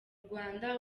rwanda